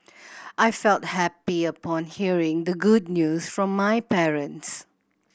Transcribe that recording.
I felt happy upon hearing the good news from my parents